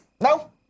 No